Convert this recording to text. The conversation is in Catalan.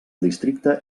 districte